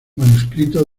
manuscrito